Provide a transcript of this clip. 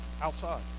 outside